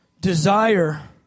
desire